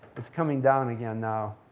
it's coming down again, now,